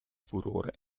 furore